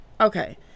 Okay